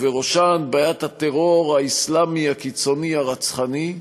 ובראשן בעיית הטרור האסלאמי הקיצוני הרצחני,